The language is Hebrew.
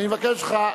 אני מבקש ממך,